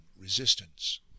resistance